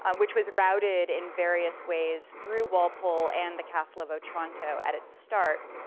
um which was routed in various ways through walpole, and the castle of otranto at its start,